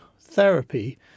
therapy